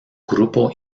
grupo